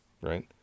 right